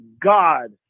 God